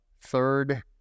third